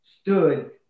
stood